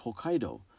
Hokkaido